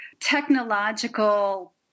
technological